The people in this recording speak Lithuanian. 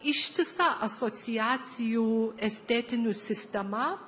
ištisa asociacijų estetinių sistema